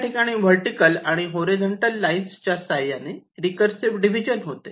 या ठिकाणी वर्टीकल आणि हॉरिझॉन्टल लाईन्स च्या साह्याने रिकर्सिव डिव्हिजन होते